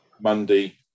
Monday